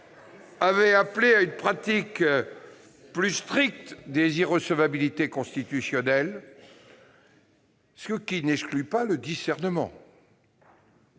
avait appelé à une application plus stricte des irrecevabilités constitutionnelles, ce qui n'exclut pas de faire